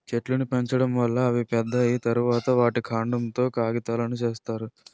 చెట్లును పెంచడం వలన అవి పెద్దవి అయ్యిన తరువాత, వాటి కాండం తో కాగితాలును సేత్తారు